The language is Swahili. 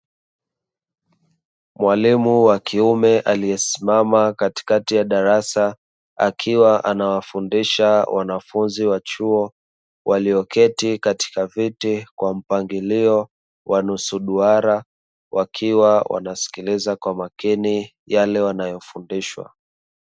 Mwalimu wa kiume aliyesimama katikati ya darasa akiwa anawafundisha wanafunzi wa chuo walioketi katika viti kwa mpangilio wa nusu duara, wakiwa wanasikiliza kwa makini yale wanayofundishwa.